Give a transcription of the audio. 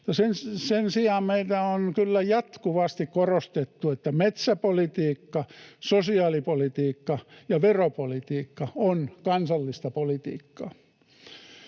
sen sijaan meillä on kyllä jatkuvasti korostettu, että metsäpolitiikka, sosiaalipolitiikka ja veropolitiikka ovat kansallista politiikkaa.